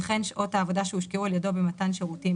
וכן שעות העבודה שהושקעו על ידו במתן שירותים